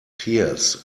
pears